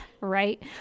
right